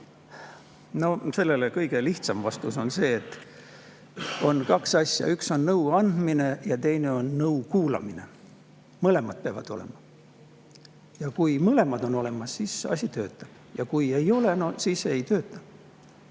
teha. Kõige lihtsam vastus on see, et on kaks asja, üks on nõu andmine ja teine on nõu kuulamine. Mõlemad peavad olema. Kui mõlemad on olemas, siis asi töötab, ja kui ei ole, siis ei tööta.